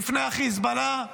בפני החיזבאללה?